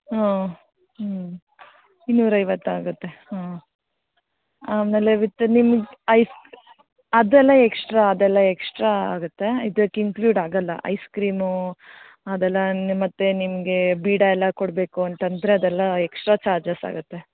ಹಾಂ ಹ್ಞೂ ಇನ್ನೂರ ಐವತ್ತು ಆಗುತ್ತೆ ಹಾಂ ಆಮೇಲೆ ವಿತ್ ನಿಮ್ಗೆ ಐಸ್ ಅದೆಲ್ಲ ಎಕ್ಸ್ಟ್ರಾ ಅದೆಲ್ಲ ಎಕ್ಸ್ಟ್ರಾ ಆಗುತ್ತೆ ಇದಕ್ಕೆ ಇನ್ಕ್ಲೂಡ್ ಆಗಲ್ಲ ಐಸ್ ಕ್ರೀಮು ಅದೆಲ್ಲ ಮತ್ತೆ ನಿಮಗೆ ಬೀಡ ಎಲ್ಲ ಕೊಡಬೇಕು ಅಂತಂದರೆ ಅದೆಲ್ಲ ಎಕ್ಸ್ಟ್ರಾ ಚಾರ್ಜಸ್ ಆಗುತ್ತೆ